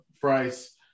price